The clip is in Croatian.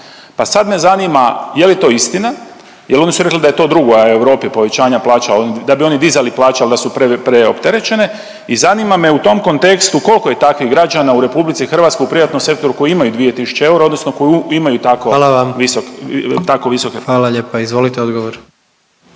Pa sad me zanima, je li to istina jer oni su rekli da je to drugo, a u Europi povećanja plaća, da bi oni dizali plaće, ali da su preopterećene i zanima me u tom kontekstu, koliko je takvih građana u RH u privatnom sektoru koji imaju 2 tisuće eura odnosno koji imaju tako … .../Upadica: Hvala vam./... … visok,